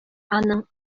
аның